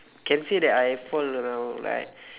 can say that I fall around like